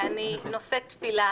ואני נושאת תפילה,